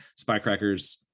Spycrackers